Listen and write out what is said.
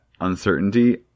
uncertainty